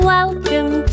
Welcome